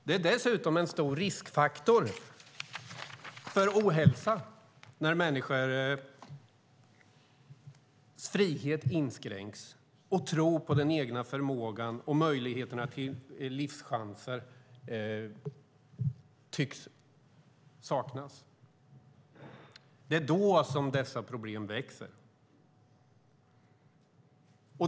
Det är dessutom en stor riskfaktor för ohälsa när människors frihet och tron på den egna förmågan inskränks. Det är när möjligheterna till livschanser tycks saknas som dessa problem växer.